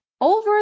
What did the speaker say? Over